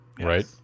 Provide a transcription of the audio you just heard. Right